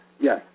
Yes